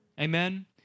Amen